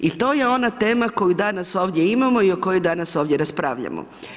I to je ona tema koju danas ovdje imamo i o kojoj danas ovdje raspravljamo.